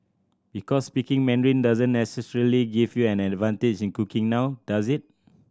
because speaking Mandarin doesn't necessarily give you an advantage in cooking now does it